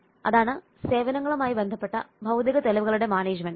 അതാണ് സേവനങ്ങളുമായി ബന്ധപ്പെട്ട ഭൌതിക തെളിവുകളുടെ മാനേജ്മെന്റ്